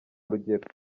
rugero